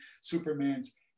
Superman's